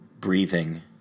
breathing